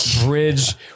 bridge